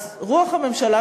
אז רוח הממשלה,